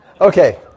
Okay